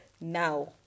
now